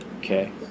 Okay